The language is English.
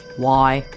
why?